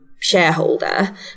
Shareholder